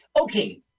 Okay